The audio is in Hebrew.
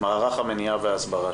מערך המניעה וההסברה.